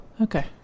okay